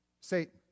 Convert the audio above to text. Satan